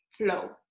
flow